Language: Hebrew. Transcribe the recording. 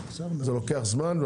זה לוקח זמן.